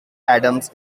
addams